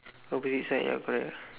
opposite side ya correct